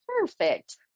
Perfect